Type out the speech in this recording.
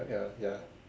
ya ya